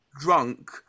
drunk